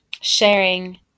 sharing